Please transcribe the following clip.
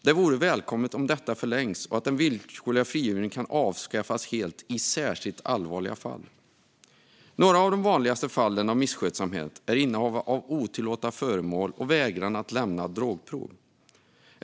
Det vore välkommet att detta förlängs och den villkorliga frigivningen avskaffas helt i särskilt allvarliga fall. Några av de vanligaste fallen av misskötsamhet är innehav av otillåtna föremål och vägran att lämna drogprov.